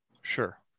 Sure